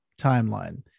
timeline